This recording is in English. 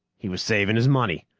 he was saving his money,